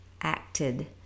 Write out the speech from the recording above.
acted